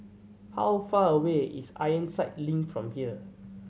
how far away is Ironside Link from here